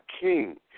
king